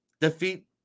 defeat